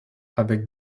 avec